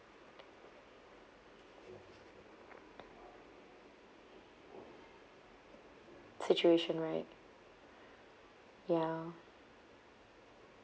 situation right ya